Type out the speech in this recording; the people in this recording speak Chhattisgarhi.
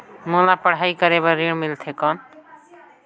मोला पढ़ाई करे बर ऋण मिलथे कौन?